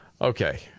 Okay